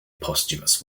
posthumous